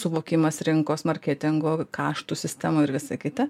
suvokimas rinkos marketingo kaštų sistemų ir visa kita